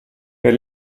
per